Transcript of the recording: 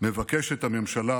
מבקשת הממשלה